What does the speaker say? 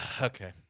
Okay